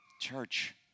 Church